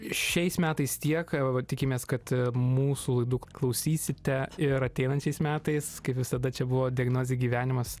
šiais metais tiek va tikimės kad mūsų laidų klausysite ir ateinančiais metais kaip visada čia buvo diagnozė gyvenimas